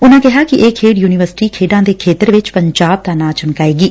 ਉਨਾਂ ਕਿਹਾ ਕਿ ਇਹ ਖੇਡ ਯੁਨੀਵਰਸਿਟੀ ਖੇਡਾਂ ਦੇ ਖੇਤਰ ਵਿਚ ਪੰਜਾਬ ਦਾ ਨਾਂ ਚਮਕਾਏਗੀ